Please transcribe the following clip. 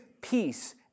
peace